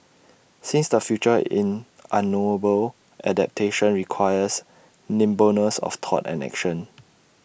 since the future in unknowable adaptation requires nimbleness of thought and action